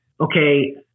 okay